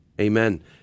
Amen